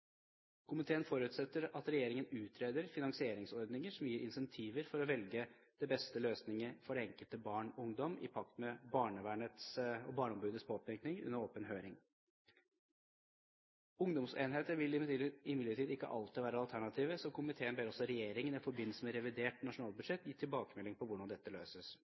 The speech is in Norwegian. Komiteen forutsetter at regjeringen utreder finansieringsordninger som gir incentiver for å velge den beste løsningen for det enkelte barn og den enkelte ungdom, i pakt med barnevernets og barneombudets påpekning under åpen høring. Ungdomsenheter vil imidlertid ikke alltid være alternativet, så komiteen ber også regjeringen i forbindelse med revidert nasjonalbudsjett å gi tilbakemelding om hvordan dette løses.